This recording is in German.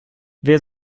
wer